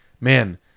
Man